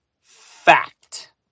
Fact